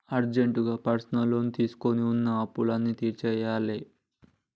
అర్జెంటుగా personal loan తీసుకొని వున్న అప్పులన్నీ తీర్చేయ్యాలే